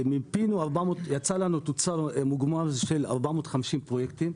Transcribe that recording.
יצא לנו תוצר מוגמר של 450 פרויקטים,